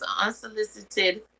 Unsolicited